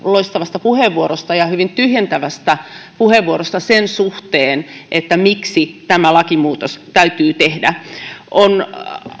loistavasta puheenvuorosta ja hyvin tyhjentävästä puheenvuorosta sen suhteen miksi tämä lakimuutos täytyy tehdä on